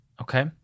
Okay